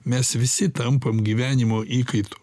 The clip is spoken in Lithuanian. mes visi tampam gyvenimo įkaitu